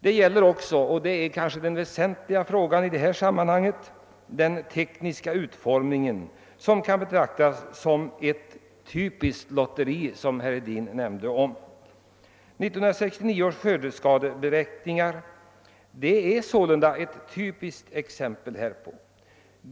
Detta gäller också — och det är kanske den väsentliga frågan i detta sammanhang — den tekniska utformningen som kan betraktas som ett typiskt lotteri, såsom herr Hedin sade. 1969 års skördeskadeberäkningar är sålunda ett gott exempel härpå.